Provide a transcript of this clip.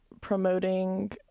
promoting